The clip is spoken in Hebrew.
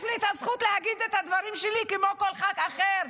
יש לי זכות להגיד את הדברים שלי כמו כל ח"כ אחר.